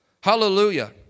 Hallelujah